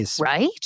right